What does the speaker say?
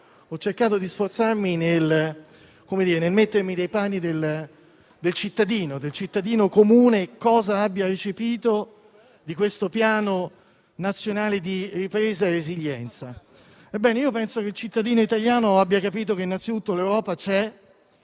ho cercato di sforzarmi di mettermi nei panni del cittadino comune, per capire cosa abbia recepito di questo Piano nazionale di ripresa resilienza. Ebbene, io penso che il cittadino italiano abbia capito che, innanzitutto, l'Europa c'è,